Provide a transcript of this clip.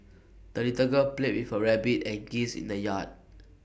the little girl played with her rabbit and geese in the yard